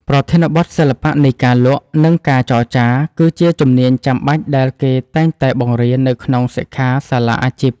ប្រធានបទ សិល្បៈនៃការលក់ និងការចរចា គឺជាជំនាញចាំបាច់ដែលគេតែងតែបង្រៀននៅក្នុងសិក្ខាសាលាអាជីព។